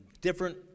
different